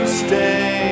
stay